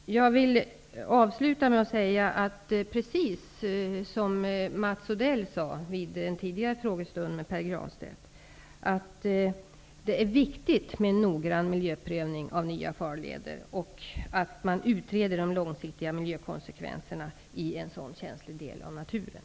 Jag vill avsluta med att säga att det, precis som Mats Odell sade vid en tidigare frågestund med Pär Granstedt, är viktigt att man gör noggranna miljöprövningar av nya farleder och att man utreder de långsiktiga miljökonsekvenserna i en sådan känslig del av naturen.